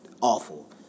awful